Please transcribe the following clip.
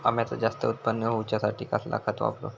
अम्याचा जास्त उत्पन्न होवचासाठी कसला खत वापरू?